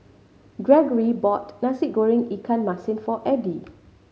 Greggory bought Nasi Goreng ikan masin for Eddie